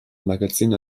magazinen